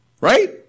Right